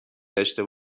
داشته